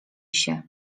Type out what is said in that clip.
się